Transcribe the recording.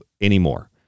anymore